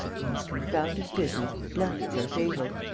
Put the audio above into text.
in this confounded business, blunders are fatal.